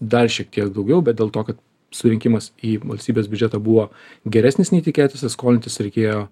dar šiek tiek daugiau bet dėl to kad surinkimas į valstybės biudžetą buvo geresnis nei tikėtasi skolintis reikėjo